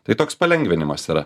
tai toks palengvinimas yra